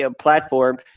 platform